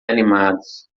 animados